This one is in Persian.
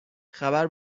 خبر